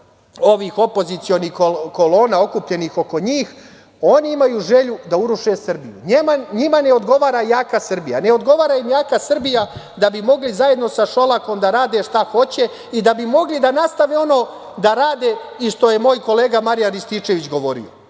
ovih opozicionih kolona okupljenih oko njih, oni imaju želju da uruše Srbiju i njima ne odgovara jaka Srbija, ne odgovara im jaka Srbija, da bi mogli zajedno sa Šolakom da rade šta hoće i da bi mogli da nastave ono da rade i što je moj kolega Marijan Rističević, govorio. Oni